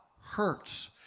Hurts